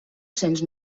cents